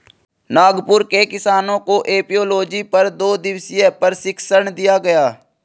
नागपुर के किसानों को एपियोलॉजी पर दो दिवसीय प्रशिक्षण दिया गया